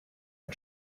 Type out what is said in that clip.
ein